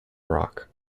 rock